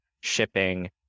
shipping